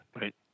Right